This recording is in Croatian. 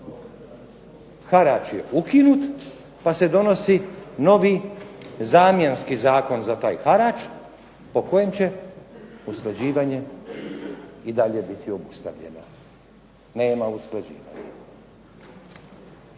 Harač je ukinut pa se donosi novi zamjenski zakon za taj harač po kojem će usklađivanje i dalje biti obustavljeno. Nema usklađivanja.